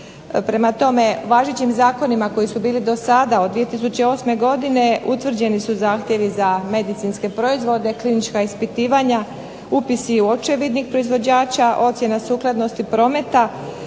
Prema tome, važećim zakonima koji su bili dosada od 2008. godine utvrđeni su zahtjevi za medicinske proizvode, klinička ispitivanja, upisi u očevidnik proizvođača, ocjene sukladnosti prometa